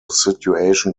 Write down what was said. situation